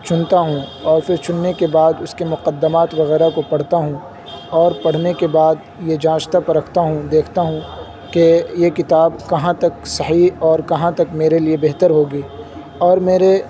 چنتا ہوں اور پھر چننے کے بعد اس کے مقدمات وغیرہ کو پڑھتا ہوں اور پڑھنے کے بعد یہ چانچتا پرکھتا ہوں دیکھتا ہوں کہ یہ کتاب کہاں تک صحیح اور کہاں تک میرے لیے بہتر ہوگی اور میرے